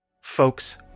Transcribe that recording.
Folks